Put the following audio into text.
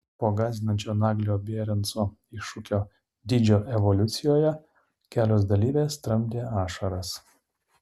po gąsdinančio naglio bieranco iššūkio dydžio evoliucijoje kelios dalyvės tramdė ašaras